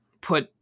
put